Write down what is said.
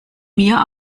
mir